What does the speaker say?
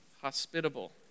Hospitable